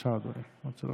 בבקשה, אדוני, עד שלוש דקות.